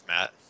Matt